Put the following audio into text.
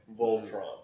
Voltron